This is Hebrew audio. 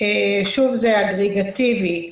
זה אגרגטיבי.